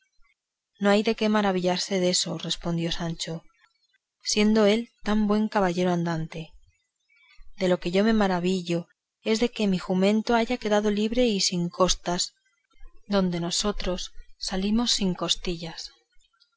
no hay de qué maravillarse deso respondió sancho siendo él tan buen caballero andante de lo que yo me maravillo es de que mi jumento haya quedado libre y sin costas donde nosotros salimos sin costillas